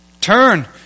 turn